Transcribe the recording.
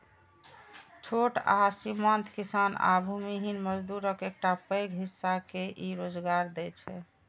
छोट आ सीमांत किसान आ भूमिहीन मजदूरक एकटा पैघ हिस्सा के ई रोजगार दै छै